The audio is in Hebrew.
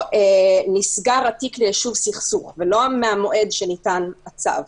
נסגר התיק ליישוב סכסוך ולא מהמועד שניתן הצו,